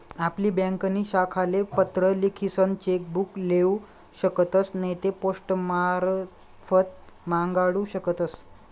आपली ब्यांकनी शाखाले पत्र लिखीसन चेक बुक लेऊ शकतस नैते पोस्टमारफत मांगाडू शकतस